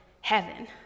heaven